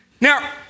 Now